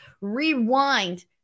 rewind